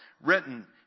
written